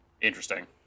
Interesting